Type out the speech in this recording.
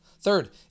Third